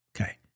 Okay